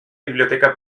biblioteca